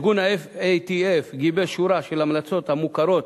ארגון ה-FATF גיבש שורה של המלצות המוכרות